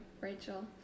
Rachel